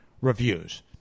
reviews